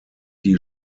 die